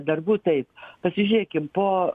darbų taip pasižiūrėkim po